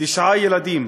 תשעה ילדים,